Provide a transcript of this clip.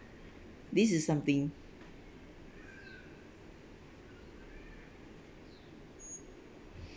this is something